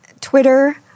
Twitter